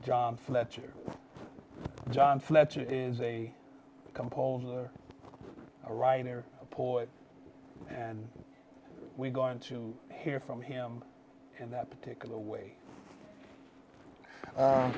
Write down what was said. john fletcher john fletcher is a composer a ryanair a poet and we're going to hear from him in that particular way